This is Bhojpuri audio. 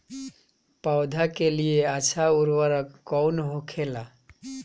पौधा के लिए अच्छा उर्वरक कउन होखेला?